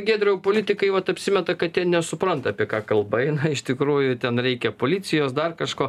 giedriau politikai vat apsimeta kad jie nesupranta apie ką kalba eina iš tikrųjų ten reikia policijos dar kažko